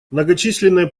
многочисленные